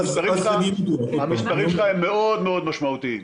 המספרים שאתה מציג הם מאוד מאוד משמעותיים.